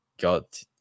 got